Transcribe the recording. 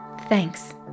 Thanks